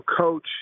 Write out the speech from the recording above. Coach